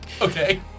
Okay